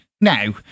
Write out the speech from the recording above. Now